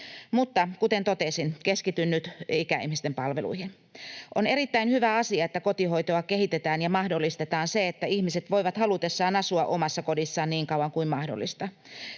Mutta, kuten totesin, keskityn nyt ikäihmisten palveluihin. On erittäin hyvä asia, että kotihoitoa kehitetään ja mahdollistetaan se, että ihmiset voivat halutessaan asua omassa kodissaan niin kauan kuin mahdollista.